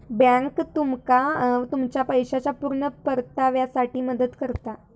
bank तुमका तुमच्या पैशाच्या पुर्ण परताव्यासाठी मदत करता